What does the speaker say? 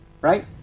right